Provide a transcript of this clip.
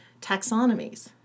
Taxonomies